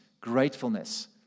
gratefulness